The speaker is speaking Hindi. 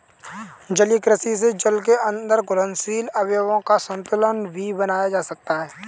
जलीय कृषि से जल के अंदर घुलनशील अवयवों का संतुलन भी बनाया जा सकता है